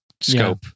scope